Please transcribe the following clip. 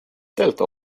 delta